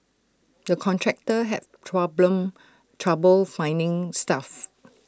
the contractor had trouble finding staff